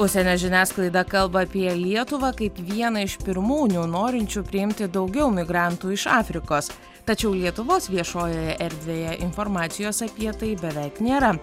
užsienio žiniasklaida kalba apie lietuvą kaip vieną iš pirmūnių norinčių priimti daugiau migrantų iš afrikos tačiau lietuvos viešojoje erdvėje informacijos apie tai beveik nėra